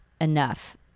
enough